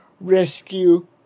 rescue